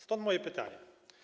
Stąd moje pytanie.